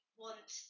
want